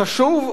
חשוב,